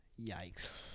yikes